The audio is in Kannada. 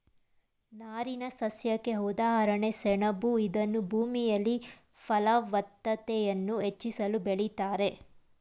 ನಾರಿನಸಸ್ಯಕ್ಕೆ ಉದಾಹರಣೆ ಸೆಣಬು ಇದನ್ನೂ ಭೂಮಿಯಲ್ಲಿ ಫಲವತ್ತತೆಯನ್ನು ಹೆಚ್ಚಿಸಲು ಬೆಳಿತಾರೆ